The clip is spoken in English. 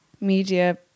media